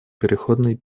переходный